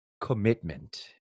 commitment